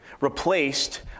replaced